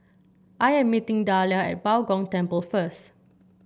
I am meeting Dahlia at Bao Gong Temple first